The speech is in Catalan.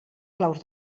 claus